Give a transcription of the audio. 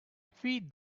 feed